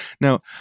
Now